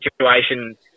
situation